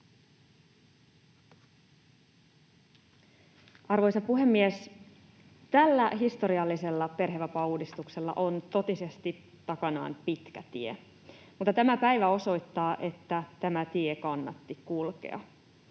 Arvoisa puhemies! Tällä historiallisella perhevapaauudistuksella on totisesti takanaan pitkä tie, mutta tämä päivä osoittaa, että tämä tie kannatti kulkea.